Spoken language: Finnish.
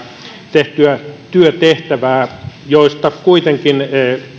tehtyä työtehtävää joista kuitenkin